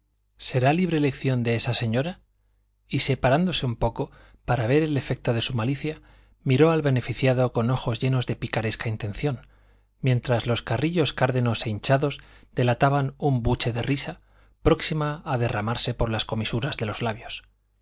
será libre elección de esa señora y separándose un poco para ver el efecto de su malicia miró al beneficiado con ojos llenos de picaresca intención mientras los carrillos cárdenos e hinchados delataban un buche de risa próxima a derramarse por las comisuras de los labios